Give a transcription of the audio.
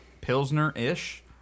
Pilsner-ish